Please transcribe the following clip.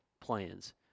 plans